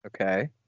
Okay